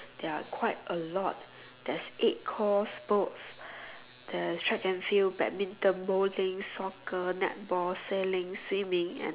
they are quite a lot there's eight course boats there's track and field badminton bowling soccer netball sailing swimming and